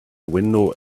window